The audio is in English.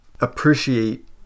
appreciate